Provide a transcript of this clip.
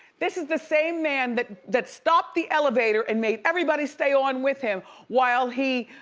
this is the same man that that stopped the elevator and made everybody stay on with him while he